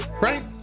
right